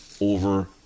over